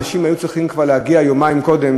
אנשים היו צריכים כבר להגיע יומיים קודם.